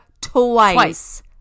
twice